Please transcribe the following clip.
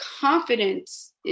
confidence